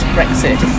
Brexit